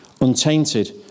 Untainted